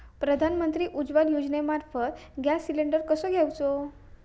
प्रधानमंत्री उज्वला योजनेमार्फत gas cylinder कसो घेऊचो?